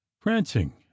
prancing